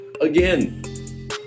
Again